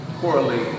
correlate